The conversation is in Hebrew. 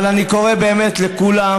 אבל אני קורא באמת לכולם,